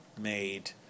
made